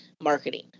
marketing